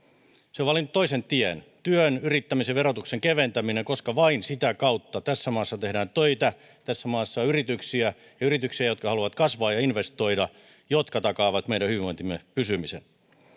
se on valinnut toisen tien työn ja yrittämisen verotuksen keventämisen koska vain sitä kautta tässä maassa tehdään töitä tässä maassa on yrityksiä ja yrityksiä jotka haluavat kasvaa ja investoida jotka takaavat meidän hyvinvointimme pysymisen